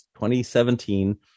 2017